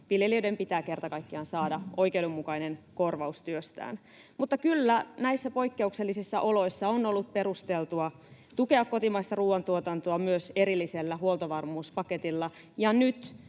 Viljelijöiden pitää kerta kaikkiaan saada oikeudenmukainen korvaus työstään. Mutta kyllä näissä poikkeuksellisissa oloissa on ollut perusteltua tukea kotimaista ruuantuotantoa myös erillisellä huoltovarmuuspaketilla,